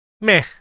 meh